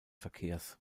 verkehrs